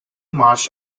marsh